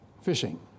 fishing